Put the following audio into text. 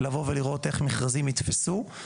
לבוא ולראות את איך מכרזים יתפסו.